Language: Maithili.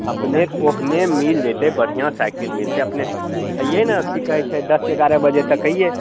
अपनेके ओहने मिल जेतै बढ़िऑं साइकिल मिलतै अपने अययै ने की कहय छै दस ग्यारह बजे तक अययै